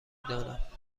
دانم